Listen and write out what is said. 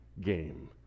game